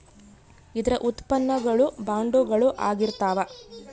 ಇದರ ಉತ್ಪನ್ನ ಗಳು ಬಾಂಡುಗಳು ಆಗಿರ್ತಾವ